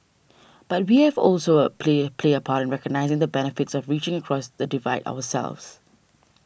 but we have also a play play a part recognising the benefits of reaching across the divide ourselves